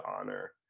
honor